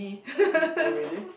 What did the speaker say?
oh really